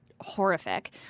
horrific